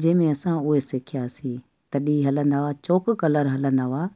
जंहिंमें असां उहे सिखियासीं तॾहिं हलंदा हुआ चॉक कलर हलंदा हुआ